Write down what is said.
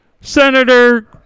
Senator